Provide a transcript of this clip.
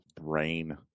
Brain